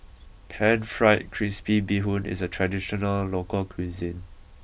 Pan Fried Crispy Bee Hoon is a traditional local cuisine